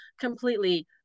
completely